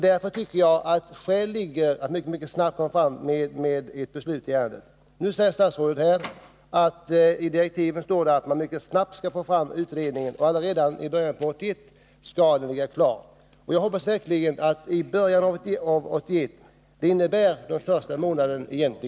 Därför finns det skäl att mycket snabbt få till stånd ett beslut i ärendet. Nu säger statsrådet att det i direktiven står att den särskilde utredaren mycket snabbt skall få fram utredningen. Allaredan i början av år 1981 skall utredningen ligga klar. Jag hoppas verkligen att uttrycket ”i början av år 1981” egentligen innebär den första månaden.